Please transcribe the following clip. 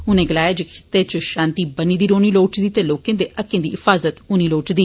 उनें गलाया जे खिते इच शान्ति बनी दी रौहनी लोढ़चदी ते लोकें दे हक्कें दी हिफाजत होनी लोढ़चदी